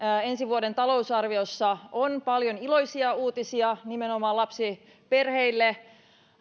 ensi vuoden talousarviossa on paljon iloisia uutisia nimenomaan lapsiperheille